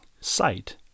sight